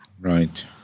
Right